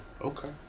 Okay